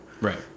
Right